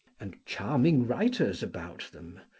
and charming writers about them,